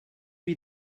lui